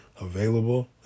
available